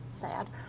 sad